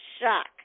shock